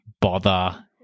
bother